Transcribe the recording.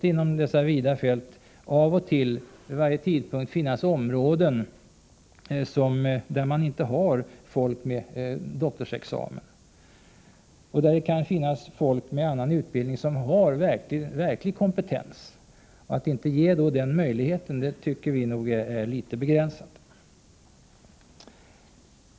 Inom dessa vida fält måste det av och till vid varje tidpunkt finnas områden där man inte har folk med doktorsexamen men där det kan finnas folk med annan utbildning som har verklig kompetens. Att då inte ge den möjligheten tycker vi är litet begränsat.